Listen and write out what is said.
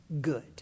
good